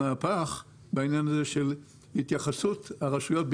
מהפך בעניין התייחסות הרשויות,